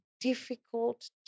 difficult